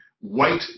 white